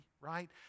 right